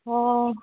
हय